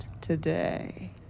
today